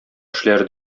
эшләре